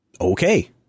okay